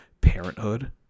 parenthood